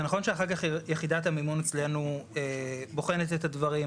זה נכון שאחר כך יחידת המימון אצלנו בוחנת את הדברים,